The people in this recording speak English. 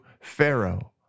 pharaoh